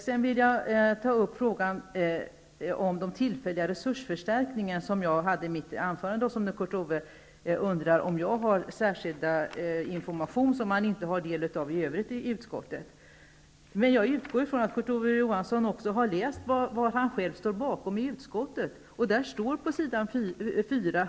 Sedan vill jag ta upp frågan om den tillfälliga resursförstärkning som jag talade om i mitt första anförande. Kurt Ove Johansson undrar om jag har särskilda informationer som utskottet i övrigt inte har del av. Jag utgår ifrån att Kurt Ove Johansson har läst vad han själv står bakom i utskottet.